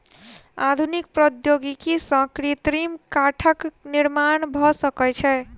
आधुनिक प्रौद्योगिकी सॅ कृत्रिम काठक निर्माण भ सकै छै